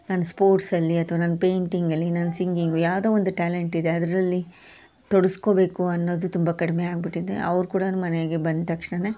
ನಾನು ಸ್ಪೋರ್ಟ್ಸಲ್ಲಿ ಅಥ್ವಾ ನಾನು ಪೇಂಟಿಂಗಲ್ಲಿ ನಾನು ಸಿಂಗಿಂಗು ಯಾವುದೋ ಒಂದು ಟ್ಯಾಲೆಂಟ್ ಇದೆ ಅದರಲ್ಲಿ ತೊಡ್ಸ್ಕೊಬೇಕು ಅನ್ನೋದು ತುಂಬ ಕಡಿಮೆ ಆಗಿಬಿಟ್ಟಿದೆ ಅವ್ರು ಕೂಡ ಮನೆಗೆ ಬಂದ ತಕ್ಷಣನೆ